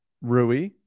Rui